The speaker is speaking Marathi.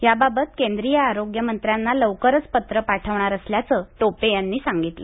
याबाबत केंद्रीय आरोग्यमंत्र्यांना लवकरच पत्र पाठवणार असल्याचं टोपे यांनी सांगितलं